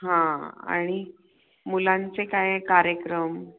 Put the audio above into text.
हां आणि मुलांचे काय कार्यक्रम